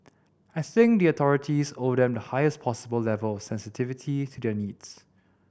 I think the authorities owe them the highest possible level of sensitivity to their needs